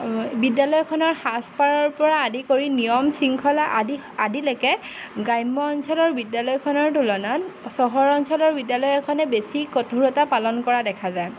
বিদ্যালয়খনৰ সাজ পাৰৰ পৰা আদি কৰি নিয়ম শৃংখলা আদি আদিলৈকে গ্ৰাম্য অঞ্চলৰ বিদ্যালয়খনৰ তুলনাত চহৰ অঞ্চলৰ বিদ্যালয় এখনে বেছি কঠোৰতা পালন কৰা দেখা যায়